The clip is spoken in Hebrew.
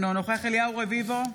אינו נוכח אליהו רביבו,